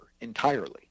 entirely